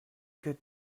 good